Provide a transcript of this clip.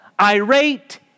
Irate